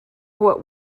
what